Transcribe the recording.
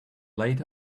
late